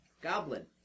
goblin